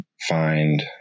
find